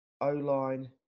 O-line